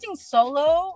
solo